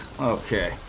Okay